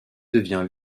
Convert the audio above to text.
devient